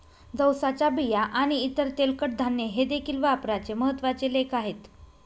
जवसाच्या बिया आणि इतर तेलकट धान्ये हे देखील व्यापाराचे महत्त्वाचे लेख आहेत